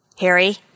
Harry